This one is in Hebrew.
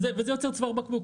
וזה יוצר צוואר בקבוק.